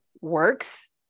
works